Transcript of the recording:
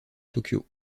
tokyo